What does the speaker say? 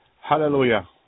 Hallelujah